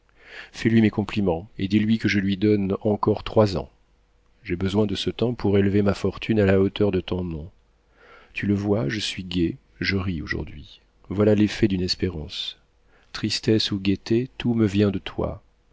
fais-lui mes compliments et dis-lui que je lui donne encore trois ans j'ai besoin de ce temps pour élever ma fortune à la hauteur de ton nom tu le vois je suis gai je ris aujourd'hui voilà l'effet d'une espérance tristesse ou gaieté tout me vient de toi